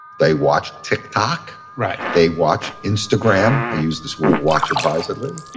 they watch tiktok. right. they watch instagram. i use this word watch advisedly.